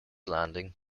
landing